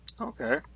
okay